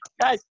guys